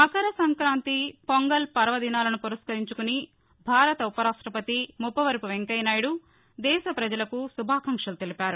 మకర సంక్రాంతి పొంగల్ పర్వదినాలను పురస్కరించుకుని భారత ఉప రాష్టపతి ముప్పవరపు వెంకయ్య నాయుడు దేశ ప్రజలకు శుభాకాంక్షలు తెలిపారు